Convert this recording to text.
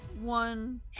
One